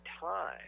time